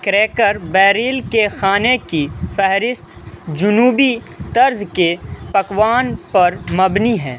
cracker Barrel کے کھانے کی فہرست جنوبی طرز کے پکوان پر مبنی ہیں